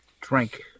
drank